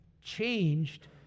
changed